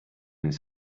his